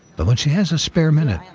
but when she has a spare minute,